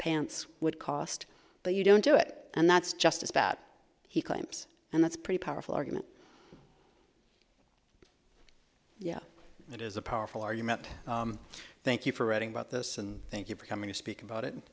pants would cost but you don't do it and that's just about he claims and that's pretty powerful argument that is a powerful argument thank you for writing about this and thank you for coming to speak about it